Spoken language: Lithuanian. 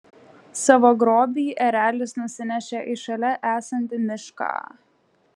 savo grobį erelis nusinešė į šalia esantį mišką